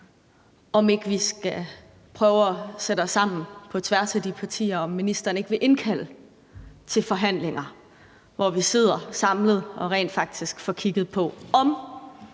om ikke vi skal prøve at sætte os sammen på tværs af de partier, og om ministeren ikke vil indkalde til forhandlinger, hvor vi sidder samlet og rent faktisk får kigget på, om